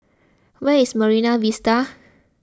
where is Marine Vista